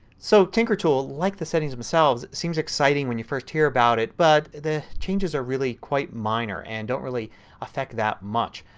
so tinkertool, like the settings themselves, seems exciting when you first hear about it but the changes are really quite minor and don't really effect that much.